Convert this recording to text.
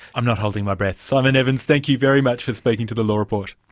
i'm not holding my breath. simon evans, thank you very much for speaking to the law report.